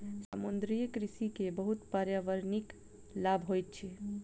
समुद्रीय कृषि के बहुत पर्यावरणिक लाभ होइत अछि